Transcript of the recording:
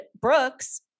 Brooks